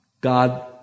God